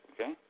okay